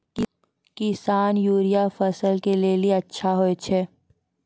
किसान यूरिया फसल के लेली अच्छा होय छै?